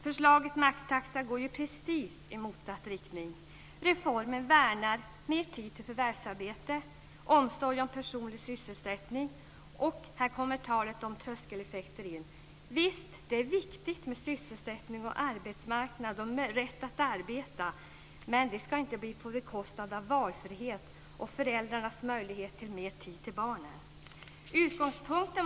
Förslaget maxtaxa går ju precis i motsatt riktning. Reformen värnar mer tid till förvärvsarbete, omsorg om personlig sysselsättning, och här kommer talet om tröskeleffekter in. Visst är det viktigt med sysselsättning och arbetsmarknad och rätt att arbeta, men det ska inte vara på bekostnad av valfrihet och föräldrarnas möjlighet till mer tid till barnen.